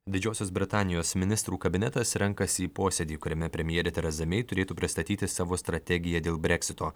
didžiosios britanijos ministrų kabinetas renkasi į posėdį kuriame premjerė tereza mei turėtų pristatyti savo strategiją dėl breksito